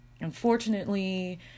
unfortunately